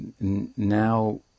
now